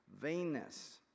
vainness